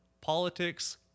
politics